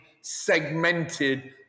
segmented